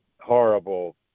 horrible